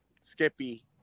Skippy